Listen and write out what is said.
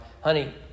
honey